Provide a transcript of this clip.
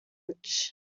lunch